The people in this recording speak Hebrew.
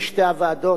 בשתי הוועדות,